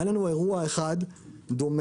היה לנו אירוע אחד דומה